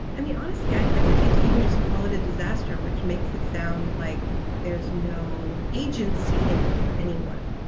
i mean honestly i hesitate to even just call it disaster which makes it sound like there's no agency in it for anyone.